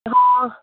हाँ